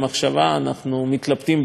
אנחנו מתלבטים בעצמנו לגביו,